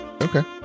Okay